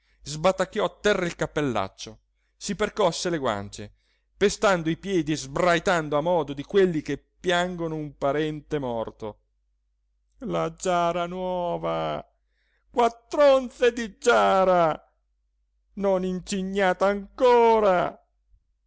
sbatacchiò a terra il cappellaccio si percosse le guance pestando i piedi e sbraitando a modo di quelli che piangono un parente morto la giara nuova quattr'onze di giara non incignata ancora